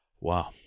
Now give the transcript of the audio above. Wow